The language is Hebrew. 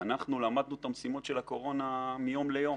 למדנו את המשימות של הקורונה מיום ליום